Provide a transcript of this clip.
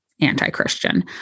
anti-Christian